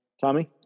Tommy